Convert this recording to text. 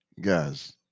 Guys